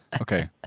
Okay